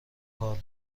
کار